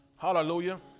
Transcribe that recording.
hallelujah